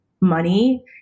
money